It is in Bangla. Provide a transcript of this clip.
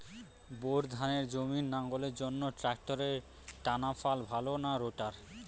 বোর ধানের জমি লাঙ্গলের জন্য ট্রাকটারের টানাফাল ভালো না রোটার?